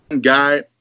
guy